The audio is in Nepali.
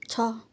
छ